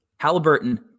Halliburton